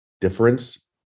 difference